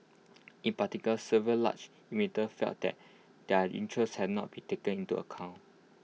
in particular several large emitters felt that their interests had not been taken into account